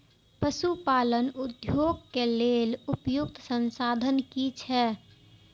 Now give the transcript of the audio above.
पशु पालन उद्योग के लेल उपयुक्त संसाधन की छै?